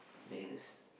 bagels